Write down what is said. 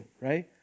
right